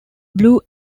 blue